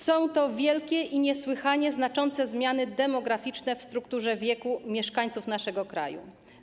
Są to wielkie i niesłychanie znaczące zmiany demograficzne w strukturze wieku mieszkańców naszego kraju.